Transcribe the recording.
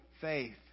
faith